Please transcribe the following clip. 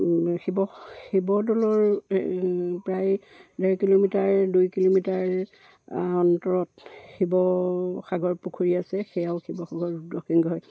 শিৱ শিৱদৌলৰ প্ৰায় ডেৰ কিলোমিটাৰ দুই কিলোমিটাৰ অন্তৰত শিৱসাগৰ পুখুৰী আছে সেয়াও শিৱসাগৰ দক্ষিণ ঘৰ